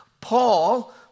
Paul